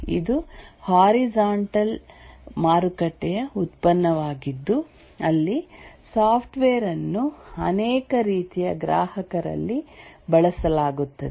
ಇದು ಹಾರಿಜಾಂಟಲ್ ಮಾರುಕಟ್ಟೆಯ ಉತ್ಪನ್ನವಾಗಿದ್ದು ಅಲ್ಲಿ ಸಾಫ್ಟ್ವೇರ್ ಅನ್ನು ಅನೇಕ ರೀತಿಯ ಗ್ರಾಹಕರಲ್ಲಿ ಬಳಸಲಾಗುತ್ತದೆ